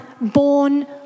born